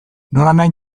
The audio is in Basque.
nolanahi